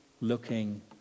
looking